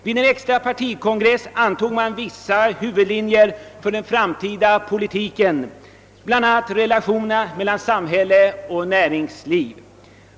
Vid den extra partikongressen antog man vissa huvudlinjer för den framtida politiken, bl.a. i fråga om relationerna mellan samhälle och näringsliv.